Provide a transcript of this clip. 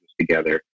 together